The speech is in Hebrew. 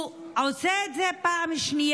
הוא עושה את זה כבר בפעם השנייה.